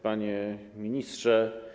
Panie Ministrze!